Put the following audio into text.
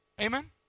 Amen